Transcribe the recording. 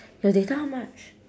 your data how much